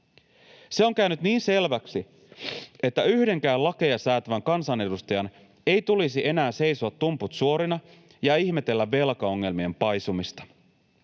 Se on käynyt niin selväksi, että yhdenkään lakeja säätävän kansanedustajan ei tulisi enää seisoa tumput suorina ja ihmetellä velkaongelmien paisumista.